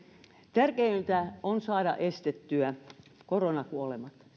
tärkeintä on saada estettyä koronakuolemat